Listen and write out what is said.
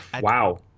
Wow